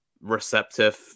receptive